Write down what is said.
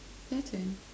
your turn